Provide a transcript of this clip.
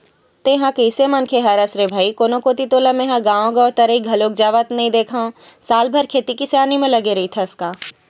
तेंहा कइसे मनखे हरस रे भई कोनो कोती तोला मेंहा गांव गवतरई घलोक जावत नइ देंखव साल भर खेती किसानी म लगे रहिथस का रे भई?